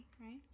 right